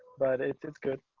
but it's good.